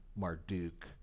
Marduk